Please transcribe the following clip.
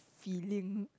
feeling